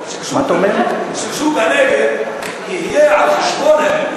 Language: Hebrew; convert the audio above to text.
שגשוג הנגב יהיה על חשבונם.